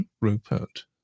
Rupert